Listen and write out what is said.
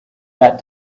that